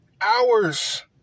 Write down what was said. hours